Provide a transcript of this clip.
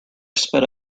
sped